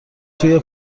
توی